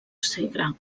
segre